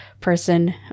person